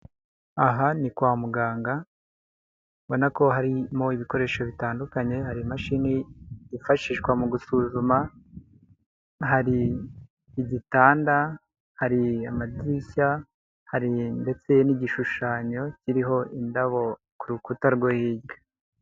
Aha ni kwa muganga ubona ko harimo ibikoresho bitandukanye, hari imashini yifashishwa mu gusuzuma, hari igitanda, hari amadirishya, hari ndetse n'igishushanyo kiriho indabo ku rukuta rwo hirya.